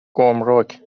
گمرک